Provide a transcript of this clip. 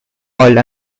all